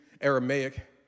Aramaic